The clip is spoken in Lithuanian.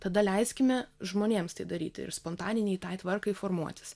tada leiskime žmonėms tai daryti ir spontaniniai tai tvarkai formuotis